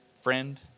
friend